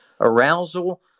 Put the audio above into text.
arousal